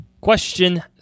Question